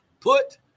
put